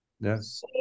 yes